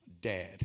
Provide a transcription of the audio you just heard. dad